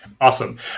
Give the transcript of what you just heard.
Awesome